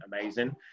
amazing